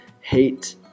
hate